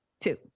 Two